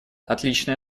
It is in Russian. отличная